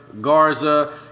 Garza